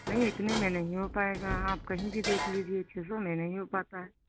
नहीं इतने में नहीं हो पाएगा आप कहीं भी देख लीजिए छः सौ में नहीं हो पाता है